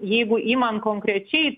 jeigu imam konkrečiai